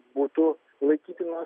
būtų laikytinos